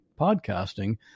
podcasting